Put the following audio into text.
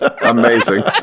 Amazing